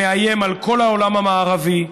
הוא מאיים על כל העולם המערבי,